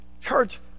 Church